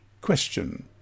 Question